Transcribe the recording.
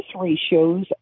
ratios